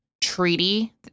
treaty